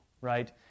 right